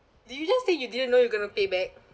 did you just say you didn't know you going to pay back